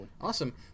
awesome